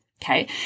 Okay